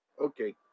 Okay